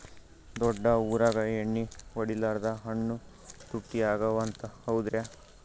ದೊಡ್ಡ ಊರಾಗ ಎಣ್ಣಿ ಹೊಡಿಲಾರ್ದ ಹಣ್ಣು ತುಟ್ಟಿ ಅಗವ ಅಂತ, ಹೌದ್ರ್ಯಾ?